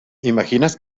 imaginas